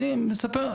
אני מספר,